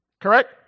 Correct